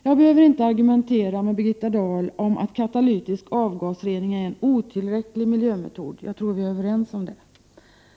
Jag behöver inte argumentera med Birgitta Dahl om att katalytisk avgasrening är en otillräcklig miljömetod —-det tror jag vi är överens om.